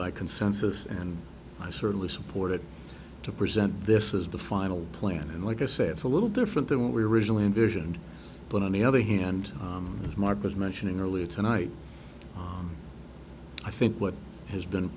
by consensus and i certainly support it to present this as the final plan and like i say it's a little different than what we originally envisioned but on the other hand as mark was mentioning earlier tonight i think what has been